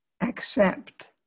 accept